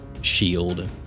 shield